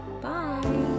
bye